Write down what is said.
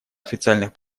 официальных